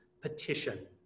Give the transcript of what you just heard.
petition